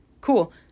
Cool